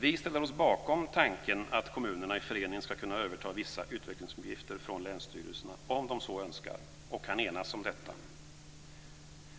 Vi ställer oss bakom tanken att kommunerna i förening ska kunna överta vissa utvecklingsuppgifter från länsstyrelserna om de så önskar och kan enas om detta.